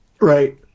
Right